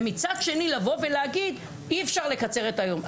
ומצד שני לבוא ולהגיד אי אפשר לקצר את היום.